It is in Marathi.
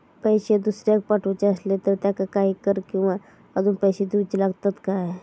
पैशे दुसऱ्याक पाठवूचे आसले तर त्याका काही कर किवा अजून पैशे देऊचे लागतत काय?